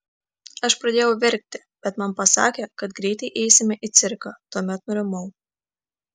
aš pradėjau verkti bet man pasakė kad greitai eisime į cirką tuomet nurimau